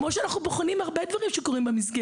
כמו שאנחנו בוחנים הרבה דברים במסגרת.